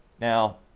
Now